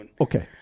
Okay